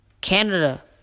Canada